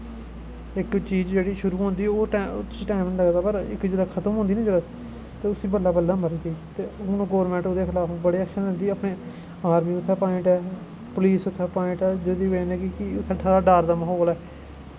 इक चीज जेह्ड़ी शुरु होंदी उसी टैम निं लगदा पर इक जिसलै खत्म होंदी निं ते उसी बल्लैं बल्लैं मरदी ते हून गौरमैंट बड़े ऐक्शन लैंदी अपने आर्मी उत्थै अप्वाईंट ऐ पुलस उत्थै अप्वाईंमट ऐ जेह्दी बजह् कन्नै कि उत्थै थोह्ड़ा डर दा म्हौल ऐ